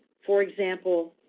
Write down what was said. for example,